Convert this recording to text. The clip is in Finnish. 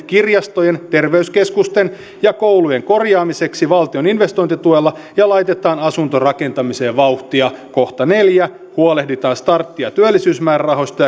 kirjastojen terveyskeskusten ja koulujen korjaamiseksi valtion investointituella ja laitetaan asuntorakentamiseen vauhtia neljä huolehditaan startti ja työllisyysmäärärahoista